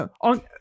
On